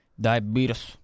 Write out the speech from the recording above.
Diabetes